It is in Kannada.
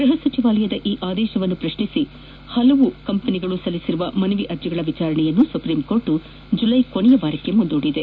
ಗೃಹ ಸಚಿವಾಲಯದ ಈ ಆದೇಶವನ್ನು ಪ್ರಶ್ನಿಸಿ ಪಲವು ಕಂಪನಿಗಳು ಸಲ್ಲಿಸಿರುವ ಮನವಿ ಅರ್ಜಿಗಳ ವಿಚಾರಣೆಯನ್ನು ನ್ಯಾಯಪೀಠ ಜುಲೈ ಕೊನೆಯ ವಾರಕ್ಕೆ ಮುಂದೂಡಿದೆ